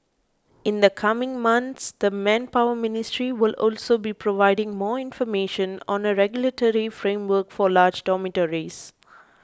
in the coming months the Manpower Ministry will also be providing more information on a regulatory framework for large dormitories